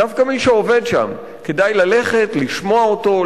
דווקא מי שעובד שם כדאי ללכת לשמוע אותו,